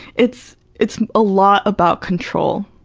it's it's a lot about control,